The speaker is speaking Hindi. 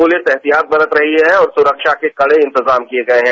पुलिस एतिहात बरत रही है और सुरक्षा के कड़े इंतजाम किये गये हैं